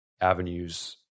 avenues